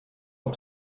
auf